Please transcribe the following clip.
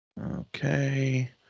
Okay